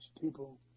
people